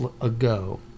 ago